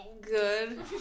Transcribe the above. good